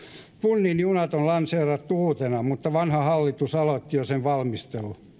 tunnin juna on lanseerattu uutena mutta vanha hallitus aloitti jo sen valmistelun